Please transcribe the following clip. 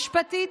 משפטית,